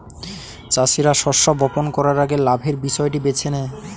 চাষীরা শস্য বপন করার আগে লাভের বিষয়টি বেছে নেয়